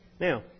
Now